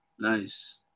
Nice